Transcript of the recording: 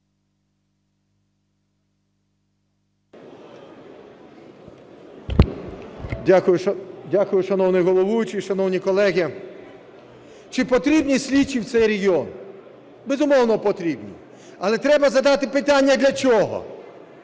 Дякую, шановний головуючий, шановні колеги! Чи потрібні слідчі в цей регіон? Безумовно, потрібні. Але треба задати питання – для чого?